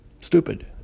Stupid